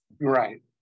Right